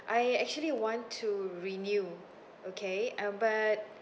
I actually want to renew okay uh but